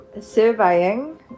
surveying